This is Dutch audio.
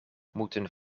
moeten